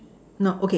no okay